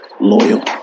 loyal